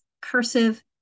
cursive